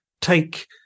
take